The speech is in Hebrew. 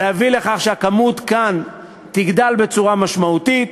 להביא לכך שהכמות כאן תגדל משמעותית,